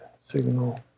signal